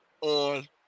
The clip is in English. on